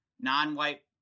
non-white